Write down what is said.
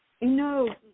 no